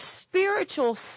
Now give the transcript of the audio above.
spiritual